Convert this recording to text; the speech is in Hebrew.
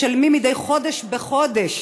משלמים מדי חודש בחודש